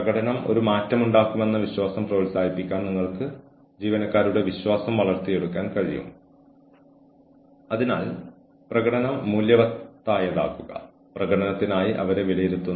കൂടാതെ പിന്നീട് എന്തെങ്കിലും കാരണവശാൽ ജീവനക്കാരനെ യുക്തിരഹിതമായി ചെയ്യുന്നതായി കണ്ടെത്തിയാൽ ജീവനക്കാരന്റെ മികച്ച പ്രകടനത്തിന്റെ മുൻകാല രേഖകൾ വന്നേക്കാം അത് ജീവനക്കാരന് പിന്തുണയായി ഉപയോഗിക്കാം